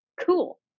cool